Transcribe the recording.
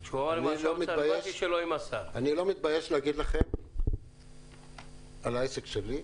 אני לא מתבייש להגיד לכם על העסק שלי,